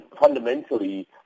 fundamentally